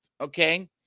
Okay